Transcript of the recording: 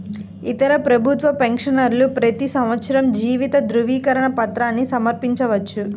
ఇతర ప్రభుత్వ పెన్షనర్లు ప్రతి సంవత్సరం జీవిత ధృవీకరణ పత్రాన్ని సమర్పించవచ్చు